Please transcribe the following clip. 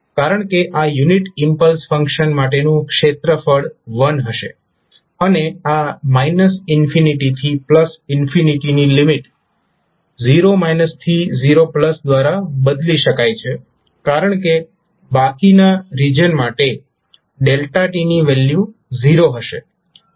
કારણ કે આ યુનિટ ઇમ્પલ્સ ફંક્શન માટેનું ક્ષેત્રફળ 1 હશે અને આ થી ની લિમિટ 0 થી 0 દ્વારા બદલી શકાય છે કારણ કે બાકીના રિજિઅન માટે ની વેલ્યુ 0 હશે